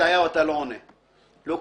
מקום להחריג את 1 עד 5 או לפתוח אותו ל-1 עד 10,